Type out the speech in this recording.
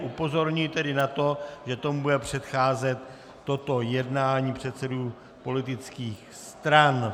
Upozorňuji tedy na to, že tomu bude předcházet toto jednání předsedů politických stran.